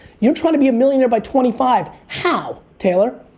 you're trying to be a millionaire by twenty five. how taylor?